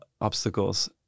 obstacles